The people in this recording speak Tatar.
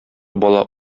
бала